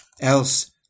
else